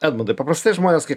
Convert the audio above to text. edmundai paprastai žmonės kai